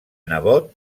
nebot